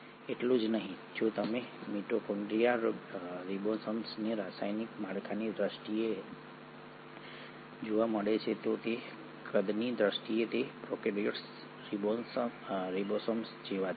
એટલું જ નહીં જો તમારે મિટોકોન્ડ્રિયા રિબોસોમ્સને રાસાયણિક માળખાની દ્રષ્ટિએ જોવા મળે છે તો તેના કદની દ્રષ્ટિએ તે પ્રોકેર્યોટિક રિબોસોમ્સ જેવા જ છે